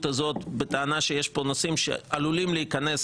הזאת בטענה שיש כאן נושאים שעלולים להיכנס,